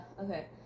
okay